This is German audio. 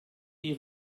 die